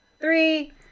three